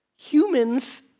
humans,